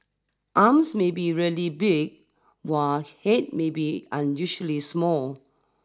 arms may be really big while head may be unusually small